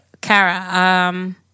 Kara